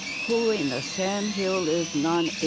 who in the sam hill is non-aliens?